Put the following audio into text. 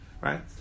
right